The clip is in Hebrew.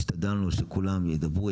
השתדלנו שכולם ידברו,